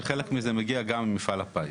שחלק מזה מגיע גם ממפעל הפיס.